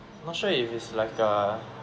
not sure if it's like a